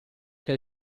che